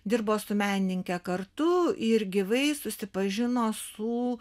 dirbo su menininke kartu ir gyvai susipažino su